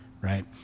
Right